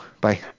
Bye